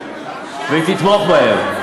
והיא תתמוך בהן.